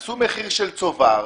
עשו מחיר של צובר.